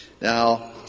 Now